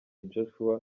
joshua